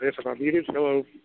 Hello